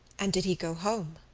and did he go home?